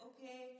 Okay